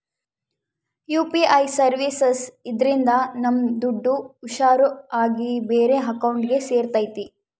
UPI services ಇದ್ರಿಂದ ನಮ್ ದುಡ್ಡು ಹುಷಾರ್ ಆಗಿ ಬೇರೆ ಅಕೌಂಟ್ಗೆ ಸೇರ್ತೈತಿ